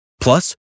Plus